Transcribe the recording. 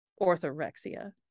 orthorexia